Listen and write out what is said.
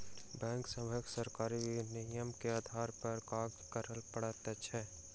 bank सभके सरकारी विनियमन के आधार पर काज करअ पड़ैत अछि